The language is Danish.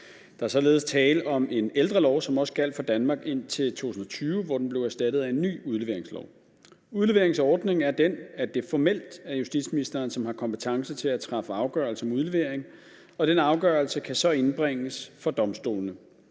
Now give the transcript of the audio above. Der er således tale om en ældre lov, som også gjaldt for Danmark indtil 2020, hvor den blev erstattet af en ny udleveringslov. Udleveringsordningen er den, at det formelt er justitsministeren, som har kompetence til at træffe afgørelse om udlevering, og den afgørelse kan så indbringes for domstolene.